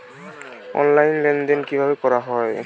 Online লেনদেন কিভাবে করা হয়?